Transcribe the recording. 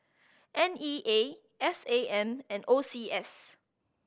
N E A S A M and O C S